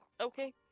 okay